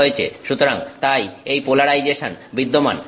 সুতরাং তাই এই পোলারাইজেশন বিদ্যমান